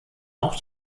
auch